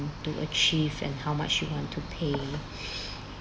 to achieve and how much you want to pay